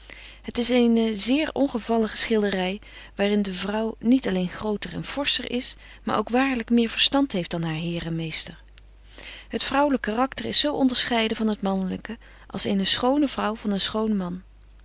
het is eene zeer ongevallige schildery waar in de vrouw niet alleen groter en forscher is maar ook waarlyk meer verstand heeft dan haar heer en meester het vrouwelyk karakter is zo onderscheiden van het manlyke als eene schone vrouw van een schoon man